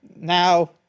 now